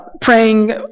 Praying